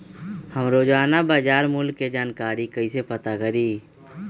हम रोजाना बाजार मूल्य के जानकारी कईसे पता करी?